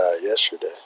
yesterday